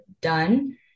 done